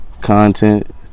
Content